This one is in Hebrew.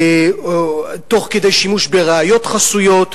תוך כדי שימוש בראיות חסויות.